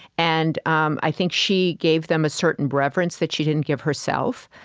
and um i think she gave them a certain reverence that she didn't give herself.